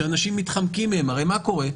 שאנשים מתחמקים מהן הרי מה קורה?